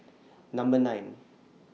Number nine